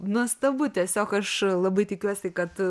nuostabu tiesiog aš labai tikiuosi kad